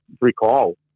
recall